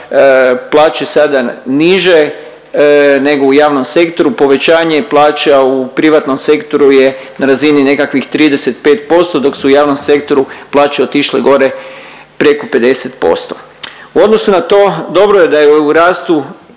plaće sada niže nego u javnom sektoru. Povećanje plaća u privatnom sektoru je na razini nekakvih 35% dok su u javnom sektoru plaće otišle gore preko 50%. U odnosu na to dobro je da je u rastu